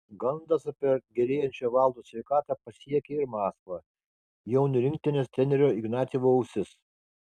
gandas apie gerėjančią valdo sveikatą pasiekė ir maskvą jaunių rinktinės trenerio ignatjevo ausis